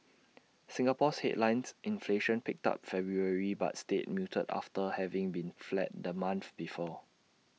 Singapore's headlines inflation picked up February but stayed muted after having been flat the month before